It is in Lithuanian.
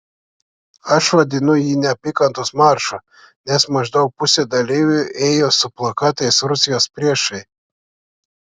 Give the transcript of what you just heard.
aš vadinu jį neapykantos maršu nes maždaug pusė dalyvių ėjo su plakatais rusijos priešai